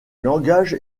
langage